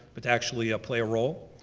but actually ah play a role.